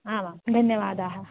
आमां धन्यवादाः